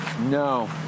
No